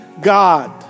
God